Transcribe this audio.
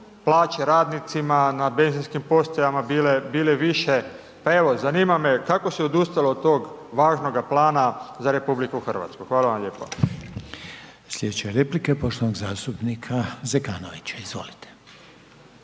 plaće radnicima na benzinskim postajama bile više, pa evo, zanima me kako se odustalo od tog važnoga plana za RH? Hvala vam lijepa. **Reiner, Željko (HDZ)** Slijedeća replika je poštovanog zastupnika Zekanovića, izvolite.